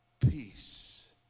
peace